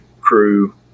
crew